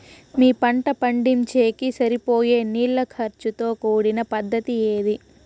మీ పంట పండించేకి సరిపోయే నీళ్ల ఖర్చు తో కూడిన పద్ధతి ఏది?